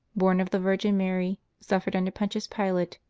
born of the virgin mary, suffered under pontius pilate,